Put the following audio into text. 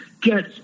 get